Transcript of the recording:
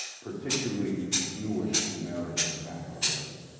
particularly jewish-american capitalism,